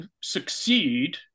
succeed